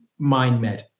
MindMed